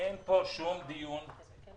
אין פה שום דיון בכנסת.